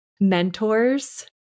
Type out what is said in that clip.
mentors